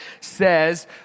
says